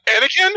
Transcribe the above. Anakin